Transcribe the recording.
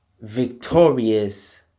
victorious